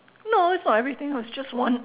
no it's not everything it was just one